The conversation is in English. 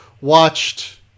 watched